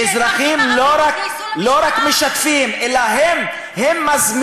האזרחים לא רק משתפים אלא הם מזמינים.